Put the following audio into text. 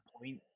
point